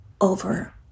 over